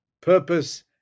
purpose